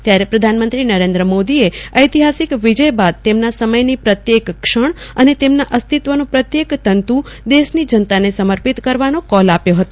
ત્યાર પ્રધાનમંત્રી નરેન્દ્ર મોદીએ અંતિહાસિક વિજયબાદ તેમના સમયની પ્રત્યેક ક્ષણ અને તેમના અસ્તિત્વનો પ્રત્યેક તત્ દેશની જનતાને સમર્પિત કરવાનો કોલ આપ્યો હતો